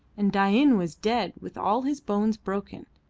and dain was dead with all his bones broken.